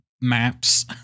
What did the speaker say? maps